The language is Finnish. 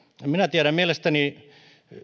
en minä tiedä mielestäni